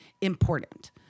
important